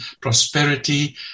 prosperity